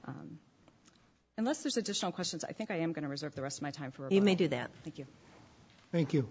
unless there's additional questions i think i am going to reserve the rest of my time for you may do that thank you thank you